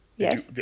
Yes